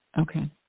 Okay